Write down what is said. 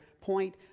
point